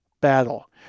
battle